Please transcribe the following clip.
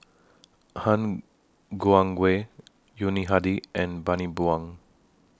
Han Guangwei Yuni Hadi and Bani Buang